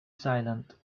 silent